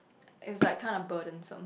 it was like kind of burdensome